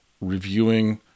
reviewing